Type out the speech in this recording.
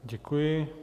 Děkuji.